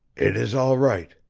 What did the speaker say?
it is all right,